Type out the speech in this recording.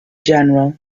general